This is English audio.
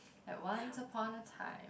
like once upon a time